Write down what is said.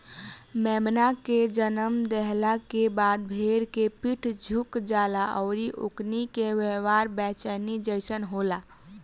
मेमना के जनम देहला के बाद भेड़ के पीठ झुक जाला अउरी ओकनी के व्यवहार बेचैनी जइसन होला